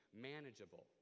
manageable